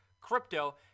crypto